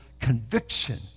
conviction